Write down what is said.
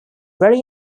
very